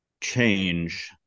change